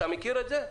אתה מכיר את זה?